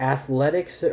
Athletics